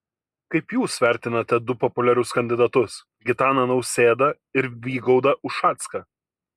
kaip jūs vertinate du populiarius kandidatus gitaną nausėdą ir vygaudą ušacką